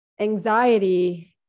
anxiety